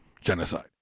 genocide